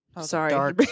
Sorry